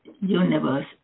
universe